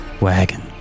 wagon